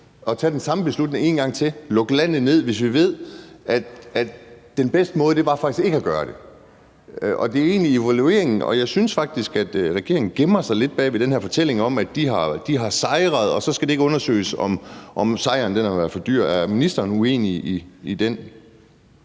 at tage den samme beslutning en gang til om at lukke landet ned, hvis vi ved, at den bedste måde faktisk var ikke at gøre det. Og det er egentlig evalueringen. Jeg synes faktisk, at regeringen gemmer sig lidt bag ved den her fortælling om, at de har sejret, og så skal det ikke undersøges, om sejren har været for dyr. Er ministeren uenig i det?